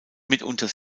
mitunter